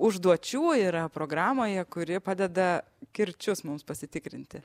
užduočių yra programoje kuri padeda kirčius mums pasitikrinti